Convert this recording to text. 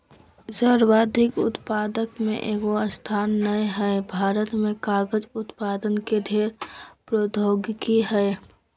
सर्वाधिक उत्पादक में एगो स्थान नय हइ, भारत में कागज उत्पादन के ढेर प्रौद्योगिकी हइ